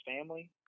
family